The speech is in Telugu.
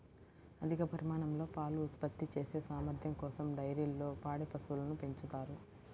అధిక పరిమాణంలో పాలు ఉత్పత్తి చేసే సామర్థ్యం కోసం డైరీల్లో పాడి పశువులను పెంచుతారు